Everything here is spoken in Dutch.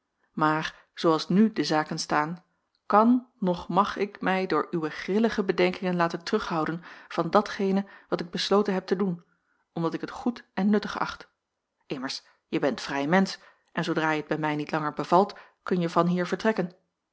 maar zoo als nu de zaken staan kan noch mag ik mij door uwe grillige bedenkingen laten terughouden van datgene wat ik besloten heb te doen omdat ik het goed en nuttig acht immers je bent vrij mensch en zoodra het je bij mij niet langer bevalt kunje vanhier vertrekken